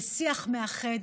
בשיח מאחד.